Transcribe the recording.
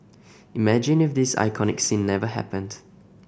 imagine if this iconic scene never happened